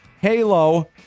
Halo